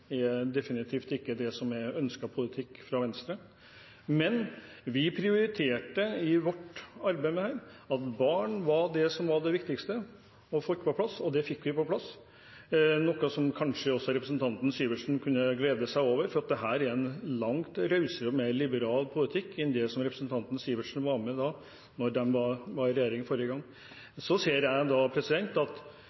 definitivt ikke er ønsket politikk fra Venstre. Men vi prioriterte i vårt arbeid med dette at barn var det som var det viktigste å få på plass, og det fikk vi på plass, noe som kanskje også representanten Sivertsen kunne glede seg over, for dette er en langt rausere og mer liberal politikk enn det som representanten Sivertsen var med på da de var i regjering forrige gang. Så ser jeg at det åpnes for en rausere politikk på området fra Arbeiderpartiet i deres landsmøte, og jeg håper at